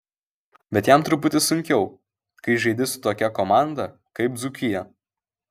bet jam truputį sunkiau kai žaidi su tokia komanda kaip dzūkija